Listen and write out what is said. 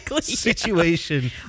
situation